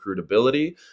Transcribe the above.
recruitability